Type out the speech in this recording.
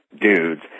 dudes